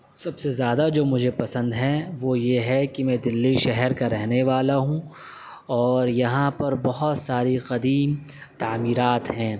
سب سے زیادہ جو مجھے پسند ہیں وہ یہ ہے کہ میں دلی شہر کا رہنے والا ہوں اور یہاں پر بہت ساری قدیم تعمیرات ہیں